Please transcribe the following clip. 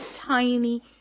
tiny